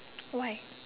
why